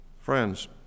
Friends